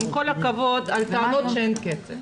עם כל הכבוד לגבי הטענות שאין כסף,